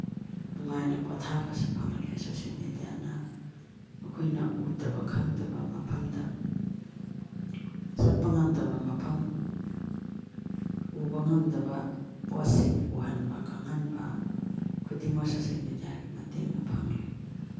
ꯅꯨꯡꯉꯥꯏꯅ ꯄꯣꯊꯥꯕꯁꯨ ꯐꯪꯍꯜꯂꯦ ꯁꯣꯁꯦꯜ ꯃꯦꯗꯤꯌꯥꯅ ꯑꯩꯈꯣꯏꯅ ꯎꯗꯕ ꯈꯪꯗꯕ ꯃꯐꯝꯗ ꯆꯠꯄ ꯉꯝꯗꯕ ꯃꯐꯝ ꯎꯕ ꯉꯝꯗꯕ ꯄꯣꯠꯁꯤꯡ ꯎꯍꯟꯕ ꯈꯪꯍꯟꯕ ꯈꯨꯗꯤꯡꯃꯛ ꯁꯣꯁꯦꯜ ꯃꯦꯗꯤꯌꯥꯒꯤ ꯃꯇꯦꯡꯅ ꯐꯪꯂꯦ